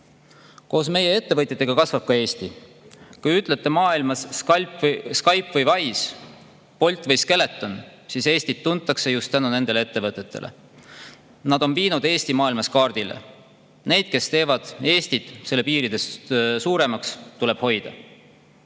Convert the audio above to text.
Koos meie ettevõtjatega kasvab ka Eesti. Kui ütlete mujal maailmas Skype või Wise, Bolt või Skeleton, siis [selgub, et] Eestit tuntakse just tänu nendele ettevõtetele. Nad on viinud Eesti maailmakaardile. Ja neid, kes teevad Eestit riigi piiridest suuremaks, tuleb hoida.